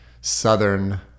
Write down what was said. Southern